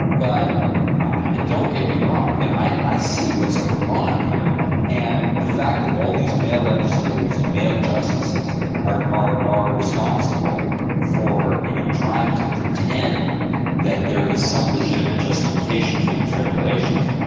but don't get me wrong, i mean, i i see what's going on here and the fact that all these male legislators and male justices are are are responsible for, you know, trying to pretend that there is some legitimate justification for these regulations.